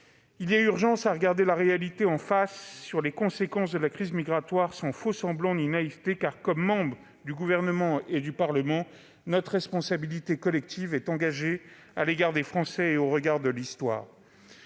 Il y a urgence à regarder la réalité en face sur les conséquences de la crise migratoire, sans faux-semblants ni naïveté ; comme membres du Gouvernement ou du Parlement, notre responsabilité collective est engagée à l'égard des Français et au regard de l'histoire.